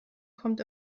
kommt